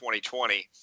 2020